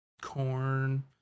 corn